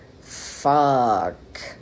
fuck